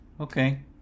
okay